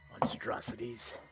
monstrosities